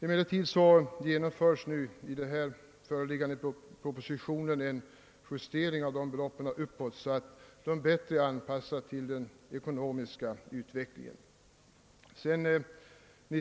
Emellertid har det i den föreliggande propositionen gjorts en justering av beloppen uppåt, så att det blivit en bättre anpassning till den ekonomiska utvecklingen. Bl.